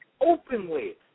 openly